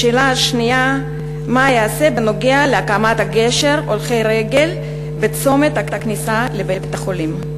2. מה ייעשה להקמת גשר להולכי רגל בצומת הכניסה לבית-החולים?